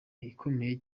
ikomeye